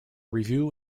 review